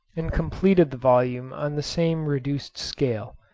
and completed the volume on the same reduced scale.